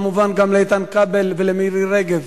וכמובן גם לאיתן כבל ולמירי רגב.